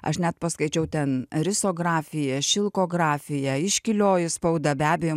aš net paskaičiau ten risografija šilkografija iškilioji spauda be abejo